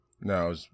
No